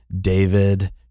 David